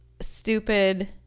Stupid